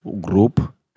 group